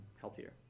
healthier